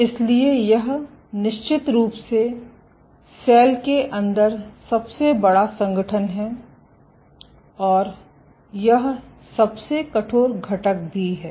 इसलिए यह निश्चित रूप से सेल के अंदर सबसे बड़ा संगठन है और यह सबसे कठोर घटक भी है